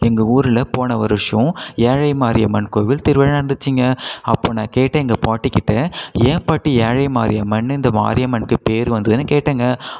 எங்கள் ஊரில் போன வருஷம் ஏழை மாரியம்மன் கோவில் திருவிழா நடந்துச்சிங்க அப்போ நான் கேட்டேன் எங்கள் பாட்டிக்கிட்ட ஏன் பாட்டி ஏழை மாரியம்மன்னு இந்த மாரியம்மனுக்கு பேரு வந்துதுன்னு கேட்டேங்க